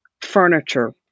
furniture